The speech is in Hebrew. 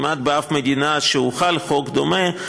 כמעט באף מדינה שהוחל חוק דומה,